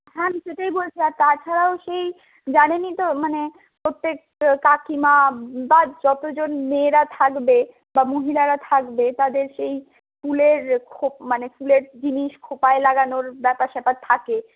হ্যাঁ আমি সেটাই বলছি আর তাছাড়াও সেই জানেনই তো মানে প্রত্যেক কাকিমা বা যতজন মেয়েরা থাকবে বা মহিলারা থাকবে তাদের সেই ফুলের খো মানে সেই ফুলের জিনিস খোঁপায় লাগানোর ব্যাপার স্যাপার থাকে